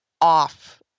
off